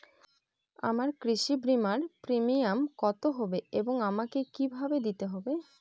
আমার কৃষি বিমার প্রিমিয়াম কত হবে এবং আমাকে কি ভাবে দিতে হবে?